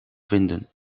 vinden